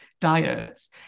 diets